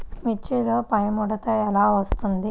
మిర్చిలో పైముడత ఎలా వస్తుంది?